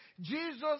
Jesus